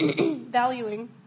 valuing